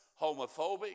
homophobic